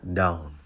down